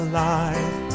life